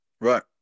Right